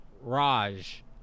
Raj